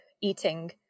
eating